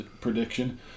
prediction